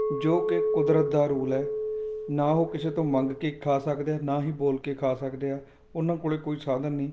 ਜੋ ਕਿ ਕੁਦਰਤ ਦਾ ਰੂਲ ਹੈ ਨਾ ਉਹ ਕਿਸੇ ਤੋਂ ਮੰਗ ਕੇ ਖਾ ਸਕਦੇ ਆ ਨਾ ਹੀ ਬੋਲ ਕੇ ਖਾ ਸਕਦੇ ਆ ਉਹਨਾਂ ਕੋਲ ਕੋਈ ਸਾਧਨ ਨਹੀਂ